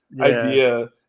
idea